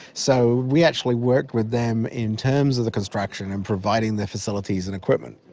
so we actually worked with them in terms of the construction and providing the facilities and equipment.